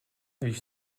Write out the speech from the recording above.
víš